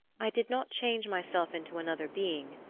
i did not change myself into another being,